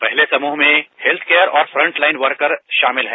पहले समूह में हेल्थ केयर और फ्रंट लाइन वर्कर शामिल है